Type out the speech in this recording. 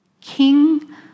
King